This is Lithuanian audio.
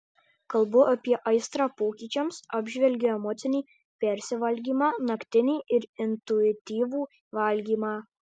kalbu apie aistrą pokyčiams apžvelgiu emocinį persivalgymą naktinį ir intuityvų valgymą